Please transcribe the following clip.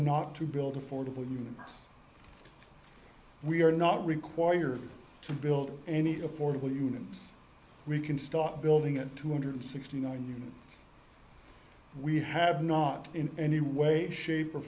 not to build affordable units we are not required to build any affordable units we can start building at two hundred sixty nine we have not in any way shape or